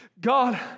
God